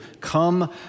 come